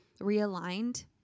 realigned